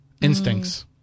instincts